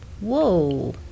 Whoa